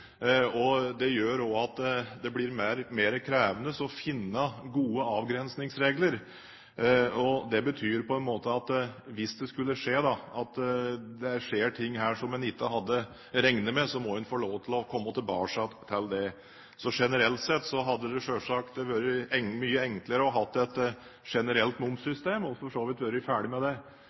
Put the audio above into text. Det gjør også at det blir mer krevende å finne gode avgrensningsregler. Det betyr at hvis det skulle skje ting her som man ikke hadde regnet med, så må man få lov til å komme tilbake til det. Generelt sett hadde det selvsagt vært mye enklere å ha et generelt momssystem, og for så vidt vært ferdig med det.